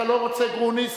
אתה לא רוצה גרוניס,